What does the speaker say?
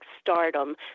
stardom